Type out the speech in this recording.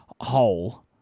hole